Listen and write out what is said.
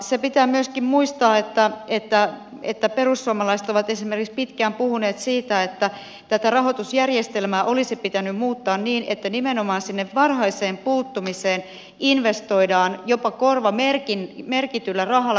se pitää myöskin muistaa että perussuomalaiset ovat esimerkiksi pitkään puhuneet siitä että tätä rahoitusjärjestelmää olisi pitänyt muuttaa niin että nimenomaan sinne varhaiseen puuttumiseen investoidaan jopa korvamerkityllä rahalla